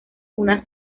una